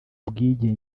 bwenge